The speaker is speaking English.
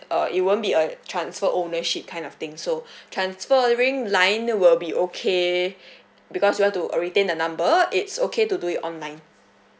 err it won't be a transfer ownership kind of thing so transferring line will be okay because you want to uh retain the number it's okay to do it online